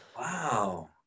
Wow